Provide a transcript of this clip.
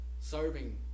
serving